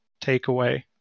takeaway